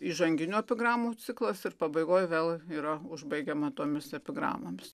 įžanginių epigramų ciklas ir pabaigoj vėl yra užbaigiama tomis epigramomis